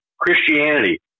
Christianity